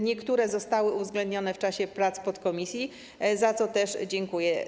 Niektóre z nich zostały uwzględnione w czasie prac podkomisji, za co też dziękuję.